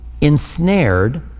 ensnared